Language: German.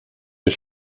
des